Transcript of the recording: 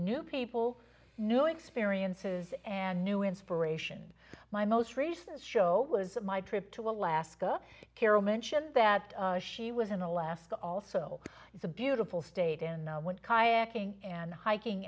new people new experiences and new inspiration my most recent show was my trip to alaska carol mentioned that she was in alaska also the beautiful state and went kayaking and hiking